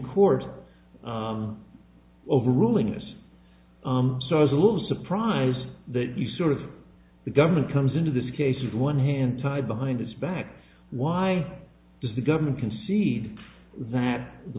court overruling us so i was a little surprised that you sort of the government comes into this case with one hand tied behind its back why does the government concede that the